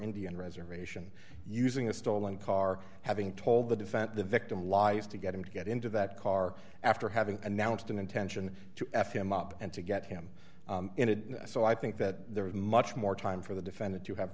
indian reservation using a stolen car having told the defense the victim lies to get him to get into that car after having announced an intention to f him up and to get him in and so i think that there is much more time for the defendant to have